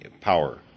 power